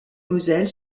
moselle